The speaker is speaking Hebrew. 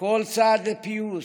שכל צעד לפיוס,